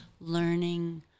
learning